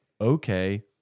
Okay